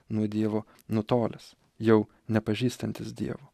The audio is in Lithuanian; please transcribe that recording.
nuo dievo nutolęs jau nepažįstantis dievo